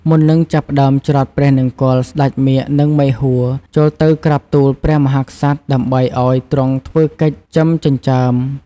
មុននឹងចាប់ផ្ដើមច្រត់ព្រះនង្គ័ល ស្ដេចមាឃ និង មេហួរ ចូលទៅក្រាបទូល ព្រះមហាក្សត្រ ដើម្បីឱ្យទ្រង់ធ្វើកិច្ច "ចឺមចិញ្ចើម"។